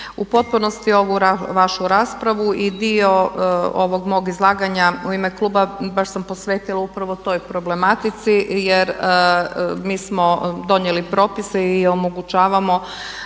u potpunosti ovu vašu raspravu i dio ovog mog izlaganja u ime Kluba baš sam posvetila upravo toj problematici jer mi smo donijeli propise i omogućavamo